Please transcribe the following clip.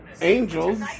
angels